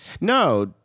No